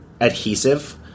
adhesive